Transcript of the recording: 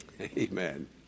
Amen